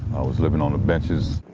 i was living on the benches.